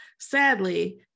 sadly